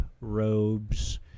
robes